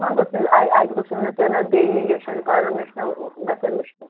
وۄنۍ گوٚژھ نہٕ آ اَتہِ گوٚژھ نہٕ پٮ۪ون اَتھ بیٚیہِ اِنجکشَن کَرُن مےٚ چھُنا گژھان مُشکِل